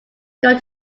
going